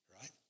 right